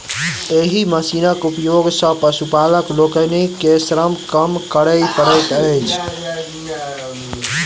एहि मशीनक उपयोग सॅ पशुपालक लोकनि के श्रम कम करय पड़ैत छैन